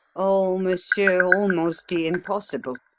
oh, monsieur, almost the impossible,